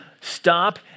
stop